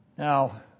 Now